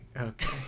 okay